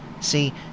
see